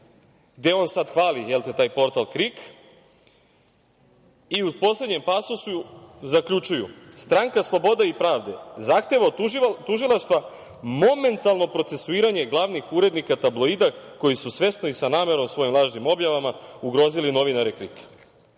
gde on sada hvali taj portal KRIK i u poslednjem pasusu zaključuju – Stranka slobode i pravde zahteva od tužilaštva momentalno procesuiranje glavnih urednika tabloida koji su svesno i sa namerom svojim lažnim objavama ugrozili novinare